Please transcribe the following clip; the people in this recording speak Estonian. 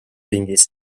ringis